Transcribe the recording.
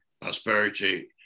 prosperity